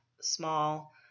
small